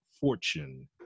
Fortune